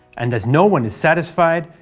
and, as no one is satisfied,